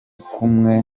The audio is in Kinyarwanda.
kumwe